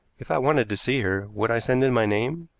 if i wanted to see her, would i send in my name?